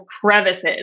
crevices